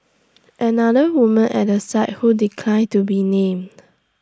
another woman at the site who declined to be named